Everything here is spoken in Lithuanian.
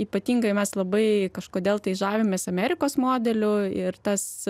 ypatingai mes labai kažkodėl tai žavimės amerikos modeliu ir tas